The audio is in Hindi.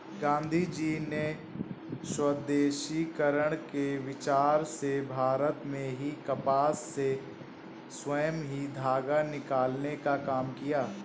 गाँधीजी ने स्वदेशीकरण के विचार से भारत में ही कपास से स्वयं ही धागा निकालने का काम किया